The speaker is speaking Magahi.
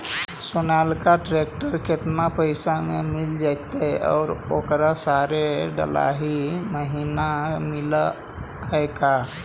सोनालिका ट्रेक्टर केतना पैसा में मिल जइतै और ओकरा सारे डलाहि महिना मिलअ है का?